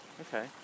Okay